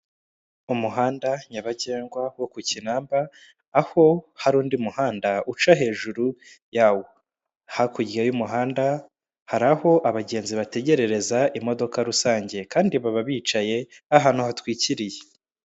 Umuhanda nyabagendwa wo ku Kinamba aho hari undi muhanda uca hejuru yawo, hakurya y'umuhanda hari aho abagenzi bategererereza imodoka rusange kandi baba bicaye ahantu hatwikiriye.